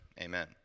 Amen